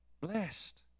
Blessed